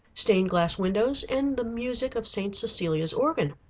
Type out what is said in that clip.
stained glass windows, and the music of st. cecilia's organ.